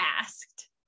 asked